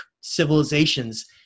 civilizations